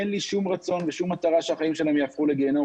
אין לי שום רצון ושום מטרה שהחיים שלהם יהפכו לגיהינום,